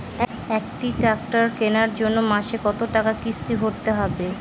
একটি ট্র্যাক্টর কেনার জন্য মাসে কত টাকা কিস্তি ভরতে হবে?